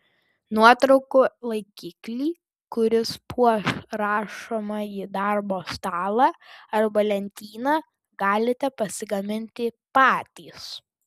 nuotraukų laikiklį kuris puoš rašomąjį darbo stalą arba lentyną galite pasigaminti patys